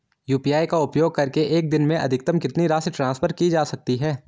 UPI का उपयोग करके एक दिन में अधिकतम कितनी राशि ट्रांसफर की जा सकती है?